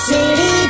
City